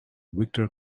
victor